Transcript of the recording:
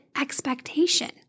expectation